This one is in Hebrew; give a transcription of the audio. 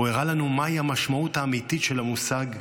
הוא הראה לנו מהי המשמעות האמיתית של המושג גיבור,